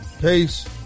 Peace